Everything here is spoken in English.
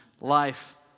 life